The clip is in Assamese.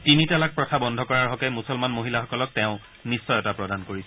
তিনি তালাক প্ৰথা বন্ধ কৰাৰ হকে মুছলমান মহিলাসকলক তেওঁ নিশ্চয়তা প্ৰদান কৰিছে